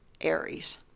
Aries